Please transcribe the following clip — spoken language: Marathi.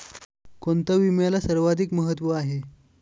कोणता विम्याला सर्वाधिक महत्व आहे?